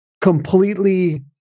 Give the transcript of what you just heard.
completely